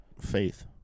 faith